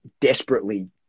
desperately